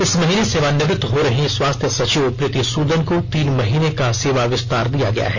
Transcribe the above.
इस महीने सेवानिवृत्त हो रही स्वास्थ्य सचिव प्रीति सुदन को तीन महीने का सेवा विस्तार दिया गया है